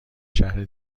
شهر